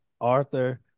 Arthur